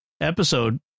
episode